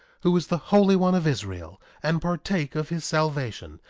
who is the holy one of israel, and partake of his salvation,